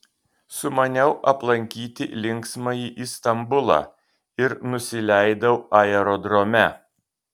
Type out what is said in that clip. sumaniau aplankyti linksmąjį istambulą ir nusileidau aerodrome